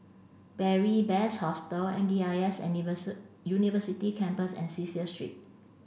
Beary Best Hostel M D I S University Campus and Cecil Street